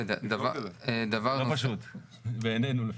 זה לא פשוט בעינינו לפחות.